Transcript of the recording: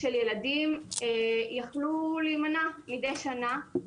של ילדים יכלו להימנע מדי שנה.